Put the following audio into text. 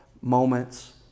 moments